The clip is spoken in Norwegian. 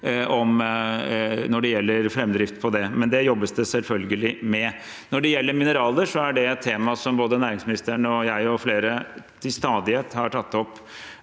når det gjelder framdrift på det. Det jobbes det selvfølgelig med. Når det gjelder mineraler, er det et tema som både næringsministeren og jeg og flere til stadighet har tatt opp